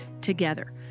Together